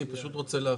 אני פשוט רוצה להבין.